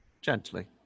gently